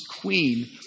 queen